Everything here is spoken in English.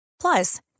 Plus